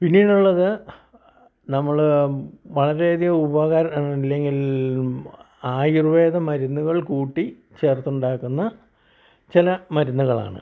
പിന്നീടുള്ളത് നമ്മള് വളരെയധികം ഉപകാരം അല്ലെങ്കിൽ ആയുർവേദ മരുന്നുകൾ കൂട്ടി ചേർത്തുണ്ടാക്കുന്ന ചില മരുന്നുകളാണ്